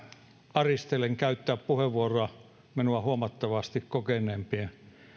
aristelen käyttää puheenvuoroa minua huomattavasti kokeneempien